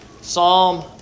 Psalm